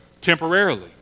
temporarily